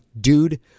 dude